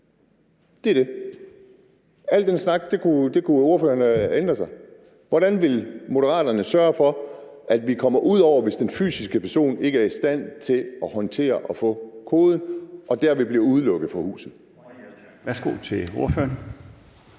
Det er det. Al den snak kunne ordføreren have sparet sig. Hvordan vil Moderaterne sørge for, at vi kommer ud over, hvis den fysiske person ikke er i stand til at håndtere at få en kode og derved vil blive lukket ude fra huset?